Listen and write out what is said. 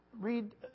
read